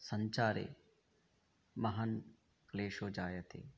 सञ्चारे महान् क्लेषो जायते